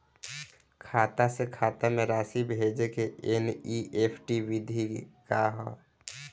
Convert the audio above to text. खाता से खाता में राशि भेजे के एन.ई.एफ.टी विधि का ह?